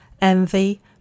envy